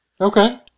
Okay